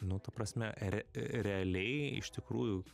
nu ta prasme realiai iš tikrųjų